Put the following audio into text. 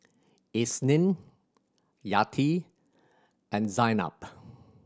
Isnin Yati and Zaynab